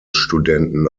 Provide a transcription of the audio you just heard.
studenten